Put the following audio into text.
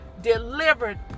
delivered